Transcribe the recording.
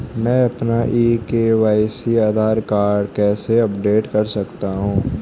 मैं अपना e KYC Aadhaar card कैसे अपडेट कर सकता हूँ?